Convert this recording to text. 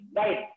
right